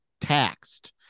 taxed